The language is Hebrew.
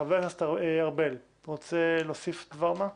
חבר הכנסת ארבל, אתה רוצה להוסיף דבר מה?